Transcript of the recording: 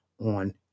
on